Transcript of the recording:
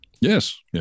Yes